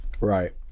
Right